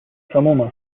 تموم